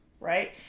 right